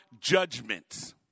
judgment